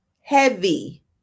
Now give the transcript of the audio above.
heavy